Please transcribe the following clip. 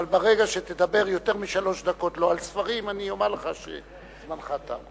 אבל ברגע שתדבר יותר משלוש דקות לא על ספרים אני אומר לך שזמנך תם.